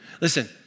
Listen